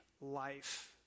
life